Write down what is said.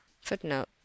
Footnote